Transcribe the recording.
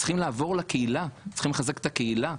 וצריך לעבור לקהילה וצריכים לחזק את הקהילה.